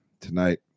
Tonight